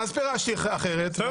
אז פירשתי אחרת.